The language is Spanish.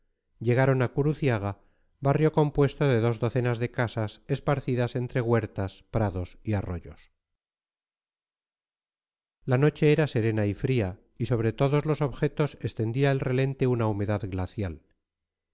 llegaron a curuciaga barrio compuesto de dos docenas de casas esparcidas entre huertas prados y arroyos la noche era serena y fría y sobre todos los objetos extendía el relente una humedad glacial